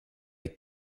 avec